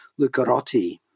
Lucarotti